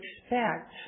expect